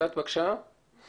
אולי התחלה בשליש בשכונה צפונית,